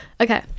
okay